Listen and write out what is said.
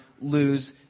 lose